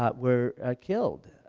ah were ah killed.